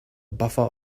buffer